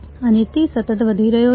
અને તે સતત વધી રહ્યો છે